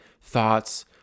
thoughts